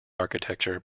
architecture